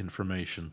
information